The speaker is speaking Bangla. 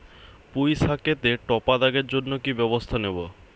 পুই শাকেতে টপা দাগের জন্য কি ব্যবস্থা নেব?